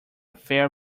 fair